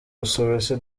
busuwisi